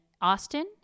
Austin